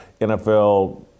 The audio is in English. NFL